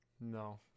No